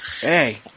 Hey